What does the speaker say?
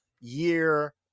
year